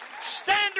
standard